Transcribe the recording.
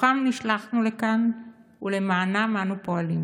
בכוחם נשלחנו לכאן ולמענם אנו פועלים,